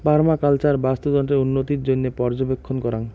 permaculture বাস্তুতন্ত্রের উন্নতির জইন্যে পর্যবেক্ষণ করাং